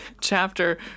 chapter